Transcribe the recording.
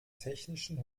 technischen